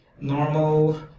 normal